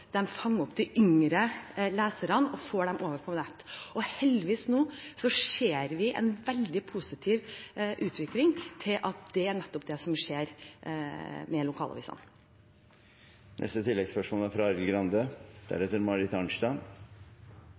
fanger opp de yngre leserne og får dem over på nett. Heldigvis ser vi nå en veldig positiv utvikling til at det er nettopp det som skjer med lokalavisene.